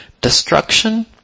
destruction